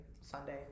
Sunday